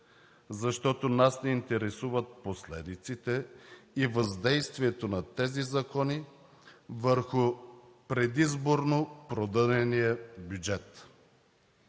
защото нас ни интересуват последиците и въздействието на тези закони върху предизборно продънения бюджет.